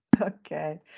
Okay